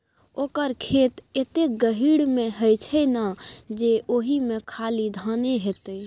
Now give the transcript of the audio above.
ओकर खेत एतेक गहीर मे छै ना जे ओहिमे खाली धाने हेतै